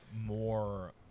more